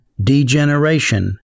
degeneration